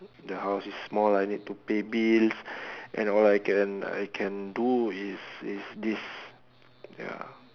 the house is small I need to pay bills and all I can I can do is this this ya